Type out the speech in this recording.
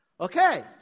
Okay